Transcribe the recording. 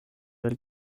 del